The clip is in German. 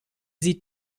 sieht